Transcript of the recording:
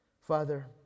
Father